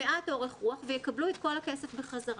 מעט אורך כוח ויקבלו את כל הכסף בחזרה.